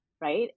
Right